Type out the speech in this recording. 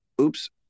oops